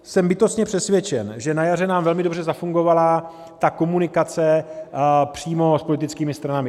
Jsem bytostně přesvědčen, že na jaře nám velmi dobře zafungovala komunikace přímo s politickými stranami.